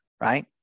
right